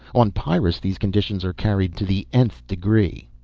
on pyrrus these conditions are carried to the nth degree.